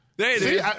See